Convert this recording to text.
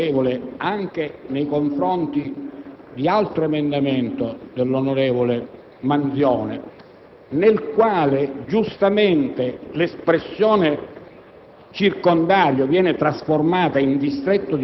poiché è stato spesso espresso parere favorevole anche nei confronti di un altro emendamento del senatore Manzione, nel quale giustamente l'espressione